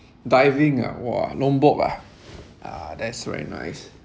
diving ah !wah! lombok ah ah that's very nice